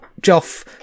Joff